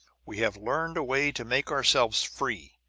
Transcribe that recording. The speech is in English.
we have learned a way to make ourselves free!